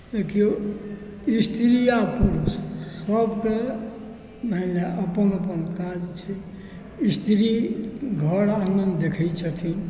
देखिऔ स्त्री या पुरुष सबके हैए अपन अपन काज छै स्त्री घर आङ्गन देखै छथिन